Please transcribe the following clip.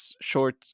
short